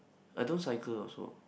I don't cycle also